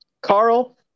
carl